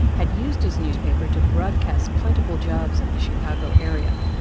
had used his newspaper to broadcast plentiful jobs in the chicago area,